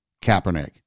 Kaepernick